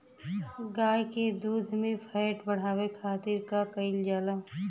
गाय के दूध में फैट बढ़ावे खातिर का कइल जाला?